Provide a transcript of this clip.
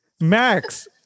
Max